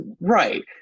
right